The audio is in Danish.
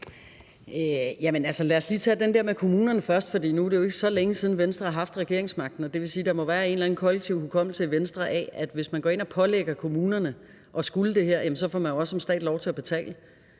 Lad os lige tage den der om kommunerne først, for nu er det jo ikke så længe siden, Venstre havde regeringsmagten, og det vil sige, at der må være en eller anden kollektiv hukommelse i Venstre af, at hvis man går ind og pålægger kommunerne at skulle det her, får man også som stat lov til at betale.